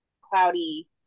cloudy